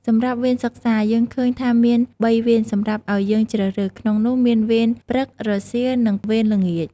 សម្រាប់វេនសិក្សា យើងឃើញថាមាន បីវេនសម្រាប់អោយយើងជ្រើសរើស ក្នុងនោះមានវេន ព្រឹក រសៀល និងវេនល្ងាច។